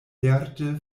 lerte